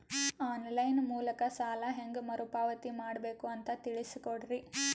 On line ಮೂಲಕ ಸಾಲ ಹೇಂಗ ಮರುಪಾವತಿ ಮಾಡಬೇಕು ಅಂತ ತಿಳಿಸ ಕೊಡರಿ?